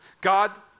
God